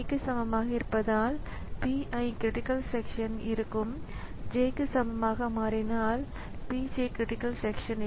வன்பொருள் குறுக்கீடு என்பது பொதுவாக கணினி பஸ் வழியாக ஸிபியுவிற்க்கு ஒரு சமிக்ஞையை அனுப்புவதன் மூலம் ஒரு டிவைஸ் தூண்டலாம் மற்றும் குறுக்கிடலாம்